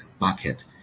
market